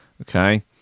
Okay